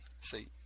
See